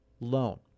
loan